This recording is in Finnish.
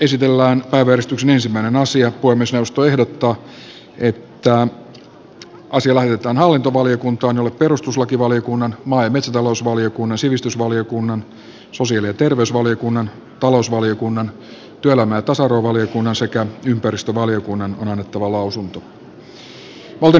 puhemiesneuvosto ehdottaa että asia lähetetään hallintova liokuntaan jolle perustuslakivaliokunnan maa ja metsätalousvaliokunnan sivistysvaliokunnan sosiaali ja terveysvaliokunnan talousvaliokunnan työelämä ja tasa arvovaliokunnan sekä ympäristövaliokunnan on annettava lausunto